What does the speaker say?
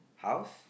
house